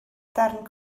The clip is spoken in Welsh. darn